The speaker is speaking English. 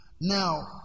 Now